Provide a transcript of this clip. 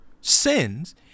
sins